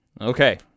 Okay